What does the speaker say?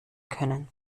können